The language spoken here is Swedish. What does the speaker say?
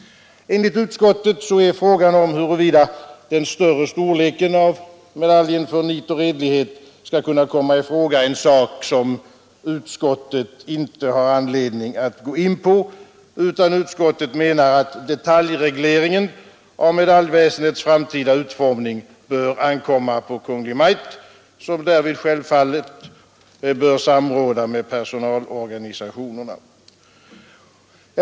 Enligt utskottet är frågan om huruvida den större storleken av medaljen för nit och redlighet skall kunna komma i fråga något som utskottet inte har anledning att gå in på. Utskottet menar att detaljregleringen av medaljväsendets framtida utformning bör ankomma på Kungl. Maj:t, som därvid självfallet bör samråda med personalorganisationerna.